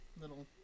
little